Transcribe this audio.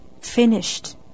Finished